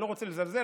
אני לא רוצה לזלזל,